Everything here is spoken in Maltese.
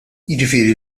jiġifieri